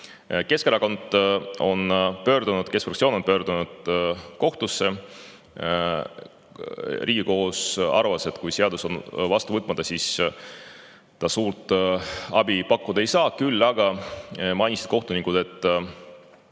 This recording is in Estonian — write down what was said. automaks neid mõjutab. Keskfraktsioon on pöördunud kohtusse. Riigikohus arvas, et kui seadus on vastu võtmata, siis ta suurt abi pakkuda ei saa. Küll aga mainisid kohtunikud, et